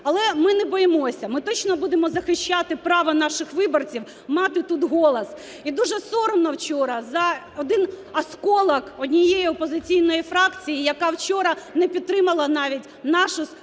але ми не боїмося. Ми точно будемо захищати право наших виборців мати тут голос. І дуже соромно вчора за один осколок однієї опозиційної фракції, яка вчора не підтримала навіть нашу вимогу